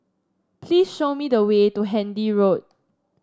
please show me the way to Handy Road